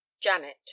Janet